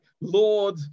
Lord